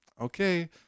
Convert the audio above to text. okay